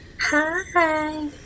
Hi